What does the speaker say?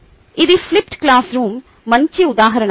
ఇది flipped classroom మంచి ఉదాహరణ